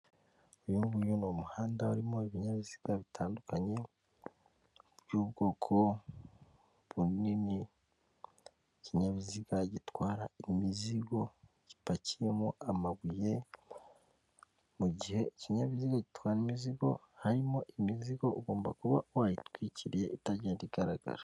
Uyu nguyu ni umuhanda urimo ibinyabiziga bitandukanye by'ubwoko bunini, ikinyabiziga gitwara imizigo gipakiyemo amabuye mu gihe ikinyabiziga gitwara imizigo harimo imizigo ugomba kuba wayitwikiriye itagenda igaragara.